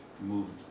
moved